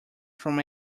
from